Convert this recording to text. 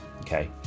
Okay